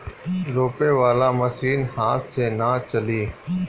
रोपे वाला मशीन हाथ से ना चली